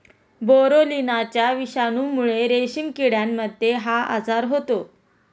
बोरोलिनाच्या विषाणूमुळे रेशीम किड्यांमध्ये हा आजार होतो